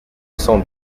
cent